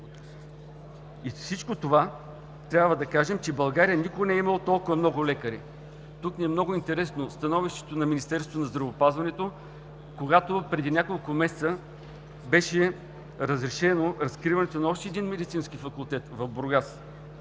Всичко това трябва да кажем, че в България никога не е имало толкова много лекари. Тук ни е много интересно становището на Министерството на здравеопазването, когато преди няколко месеца беше разрешено разкриването на още един медицински факултет – в Бургас.